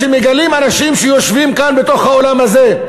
שמגלים אנשים שיושבים כאן בתוך האולם הזה,